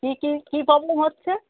কি কি কী প্রবলেম হচ্ছে